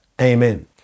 Amen